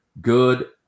good